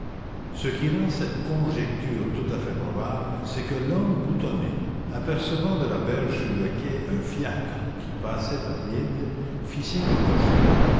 ce qui rend cette conjecture tout à fait probable c'est que l'homme boutonné apercevant de la berge sur le quai un fiacre qui passait à vide fit signe au cocher